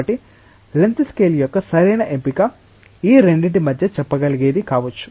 కాబట్టి length scale యొక్క సరైన ఎంపిక ఈ రెండింటి మధ్య చెప్పగలిగేది కావచ్చు